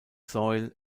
soil